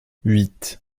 huit